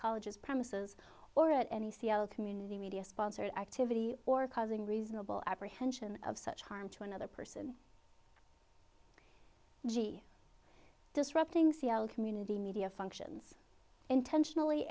college's premises or any c l community media sponsored activity or causing reasonable apprehension of such harm to another person g disrupting c l community media functions intentionally